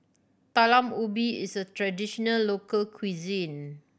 Talam Ubi is a traditional local cuisine